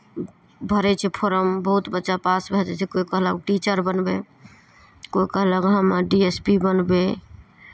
भरै छै फोरम बहुत बच्चा पास भऽ जाइ छै कोइ कहलक टीचर बनबै कोइ कहलक हम डी एस पी बनबै